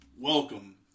Welcome